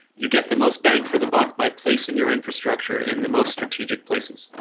you get the most bang for the buck by placing your infrastructure in the most strategic places.